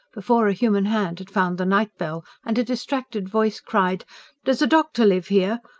before a human hand had found the night-bell and a distracted voice cried does a doctor live here?